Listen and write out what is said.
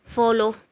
follow